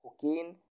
cocaine